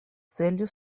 целью